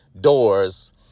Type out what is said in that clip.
Doors